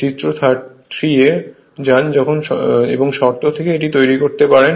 চিত্র 3 এ যান এবং শর্ত থেকে এটি তৈরি করতে পারেন